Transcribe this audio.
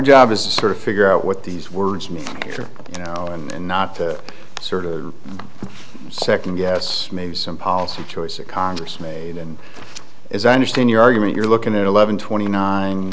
job is to sort of figure out what these words mean for you know and not to sort of second guess maybe some policy choices congress made and as i understand your argument you're looking at eleven twenty nine